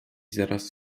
zaraz